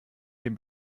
den